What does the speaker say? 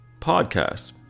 podcast